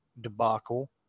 debacle